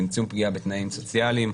צמצום פגיעה בתנאים סוציאליים,